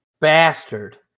bastard